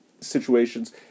situations